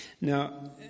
Now